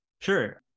Sure